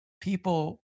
people